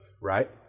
right